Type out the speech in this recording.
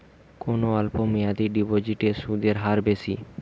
কোন অল্প মেয়াদি ডিপোজিটের সুদের হার বেশি?